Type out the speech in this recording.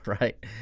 right